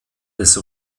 des